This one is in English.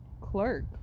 clerk